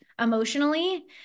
emotionally